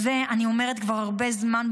ואת זה אני אומרת כבר הרבה זמן,